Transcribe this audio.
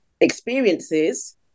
experiences